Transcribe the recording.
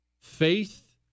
Faith